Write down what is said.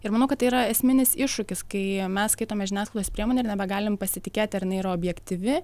ir manau kad tai yra esminis iššūkis kai mes skaitome žiniasklaidos priemonę ir nebegalim pasitikėti ar jinai yra objektyvi